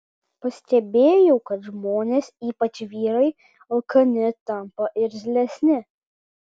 pastebėjau kad žmonės ypač vyrai alkani tampa irzlesni